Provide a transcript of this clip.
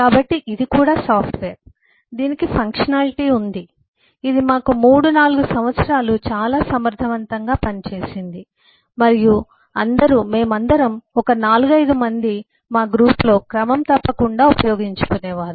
కాబట్టి ఇది కూడా సాఫ్ట్వేర్ దీనికి ఫంక్షనాలిటీ ఉంది ఇది మాకు సుమారు 3 4 సంవత్సరాలు చాలా సమర్థవంతంగా పనిచేసింది మరియు అందరూ మేమందరం ఒక 4 5 మంది మా గ్రూప్ లో క్రమం తప్పకుండా ఉపయోగించుకునేవారు